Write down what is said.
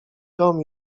dom